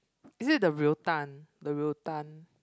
is it the ryotan the ryotan